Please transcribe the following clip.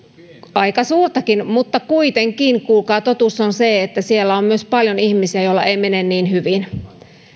aika suurtakin mutta kuitenkin kuulkaa totuus on se että siellä on myös paljon ihmisiä joilla ei mene niin hyvin